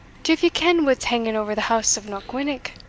div ye ken what's hanging ower the house of knockwinnock?